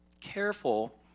careful